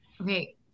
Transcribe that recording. Okay